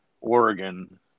Oregon